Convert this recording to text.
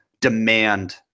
demand